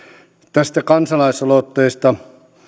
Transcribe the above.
tästä kansalaisaloitteesta